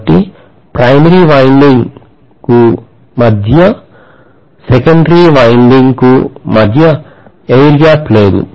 కాబట్టి primary winding కు మరియు సెకండరీ వైన్డింగ్ కు మధ్య air gap లేదు